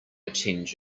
attend